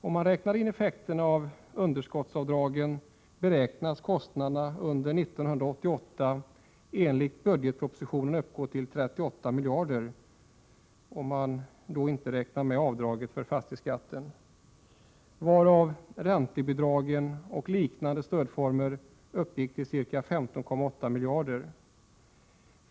När man räknar in effekterna av underskottsavdragen beräknas kostnaderna under 1988 enligt budgetpropositionen uppgå till 38 miljarder — man räknar då inte med avdraget för intäkter av fastighetsskatten — varav räntebidrag och liknande stödformer uppgick till ca 15,8 miljarder.